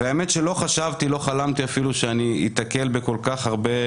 והאמת היא שלא חלמתי ולא חשבתי שאני אתקל בכל כך הרבה